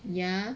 ya